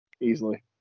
easily